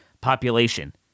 population